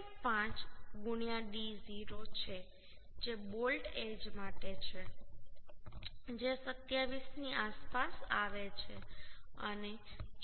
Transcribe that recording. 5 d0 છે જે bolt edge માટે છે જે 27 ની આસપાસ આવે છે અને